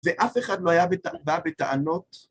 ‫ואף אחד לא בא בטענות.